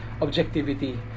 objectivity